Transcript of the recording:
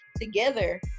together